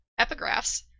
epigraphs